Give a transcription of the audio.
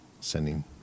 sending